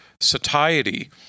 satiety